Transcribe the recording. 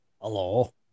Hello